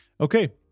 okay